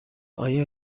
آیا